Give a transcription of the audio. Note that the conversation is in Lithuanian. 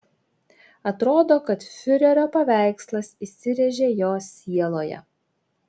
atrodo kad fiurerio paveikslas įsirėžė jo sieloje